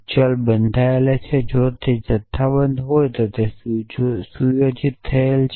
ચલ બંધાયેલ છે જો તે જથ્થાબંધ હોય તો સુયોજિત થયેલ છે